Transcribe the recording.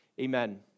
Amen